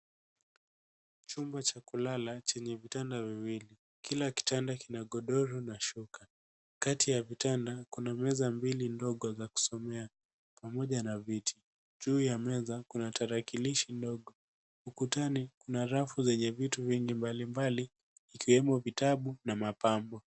Chumba cha kulala chenye vitanda viwili, kila kitanda kina godoro na shuka kati ya vitanda kuna meza mbili ndogo za kusomea pamoja na viti juu ya meza kuna tarakilishi ndogo, ukutani kuna rafu zenye vitu vingi mbali mbali ikiwemo vitabu na mapambo.